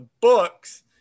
books